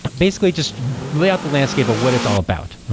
basically, just lay out the landscape of what it's all about,